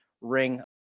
ring